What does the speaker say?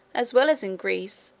as well as in greece,